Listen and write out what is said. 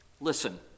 Listen